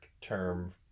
term